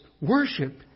worship